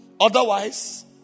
Otherwise